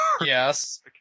Yes